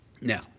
Now